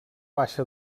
baixa